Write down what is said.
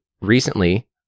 recently